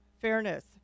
Fairness